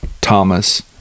Thomas